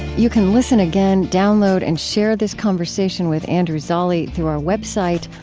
you can listen again, download, and share this conversation with andrew zolli through our website,